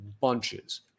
Bunches